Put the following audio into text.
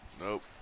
Nope